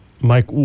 Mike